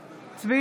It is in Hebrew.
אינו נוכח צחי